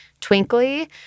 twinkly